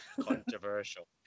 Controversial